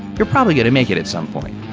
you're probably going to make it at some point.